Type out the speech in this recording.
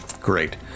Great